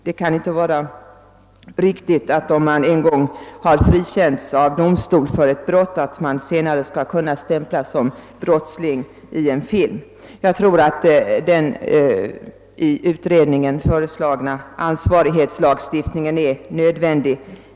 Det kan inte vara riktigt att man, om man en gång frikänts av domstol för ett brott, sedan skall kunna stämplas som brottsling i en film. Den av utredningen föreslagna ansvarslagstiftningen tror jag är nödvändig.